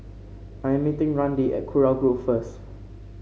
I am meeting Randi at Kurau Grove first